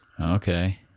Okay